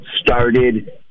started